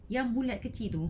yang bulat kecil tu